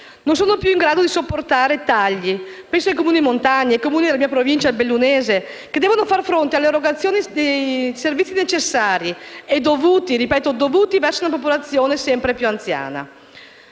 non essere più in grado di sopportare i tagli: penso ai Comuni montani, ai Comuni della mia Provincia, del bellunese, che devono far fronte all'erogazione di servizi necessari e dovuti verso una popolazione sempre più anziana.